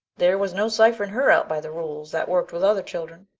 there was no ciphering her out by the rules that worked with other children.